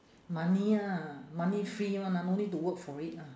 money ah money free [one] ah no need to work for it lah